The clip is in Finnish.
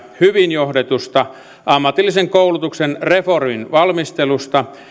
hyvin johdetusta ammatillisen koulutuksen reformin valmistelusta